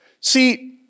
See